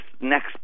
next